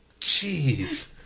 Jeez